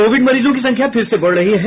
Covid मरीजों की संख्या फिर से बढ़ रही है